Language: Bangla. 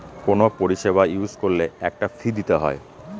কোনো পরিষেবা ইউজ করলে একটা ফী দিতে হয়